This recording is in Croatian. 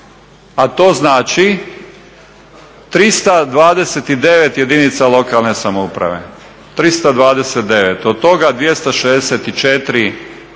a to znači 329 jedinica lokalne samouprave. Od toga 264 u